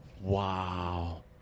Wow